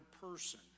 person